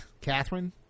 Catherine